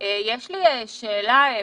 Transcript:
פרופ'